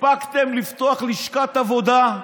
הספקתם לפתוח לשכת עבודה.